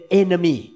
enemy